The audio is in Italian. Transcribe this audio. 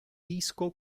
disco